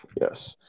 Yes